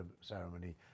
ceremony